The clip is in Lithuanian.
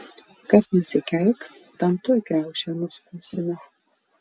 kas nusikeiks tam tuoj kriaušę nuskusime